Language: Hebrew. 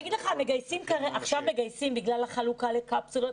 --- עכשיו מגייסים בגלל החלוקה לקפסולות.